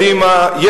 חברי מקדימה,